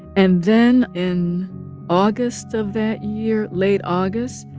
and then, in august of that year, late august,